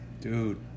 Dude